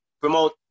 promote